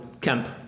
camp